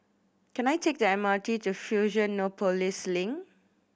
can I take the M R T to Fusionopolis Link